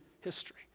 history